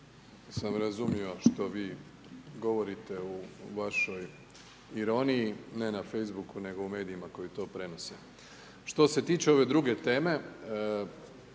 sam razumio što vi govorite u vašoj ironiji, ne na Facebook-u, nego u medijima koji to prenose. Što se tiče ove druge teme,